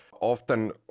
often